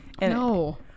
No